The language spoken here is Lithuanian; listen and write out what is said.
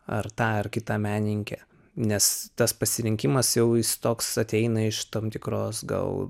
ar ta ar kita menininkė nes tas pasirinkimas jau jis toks ateina iš tam tikros gal